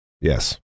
Yes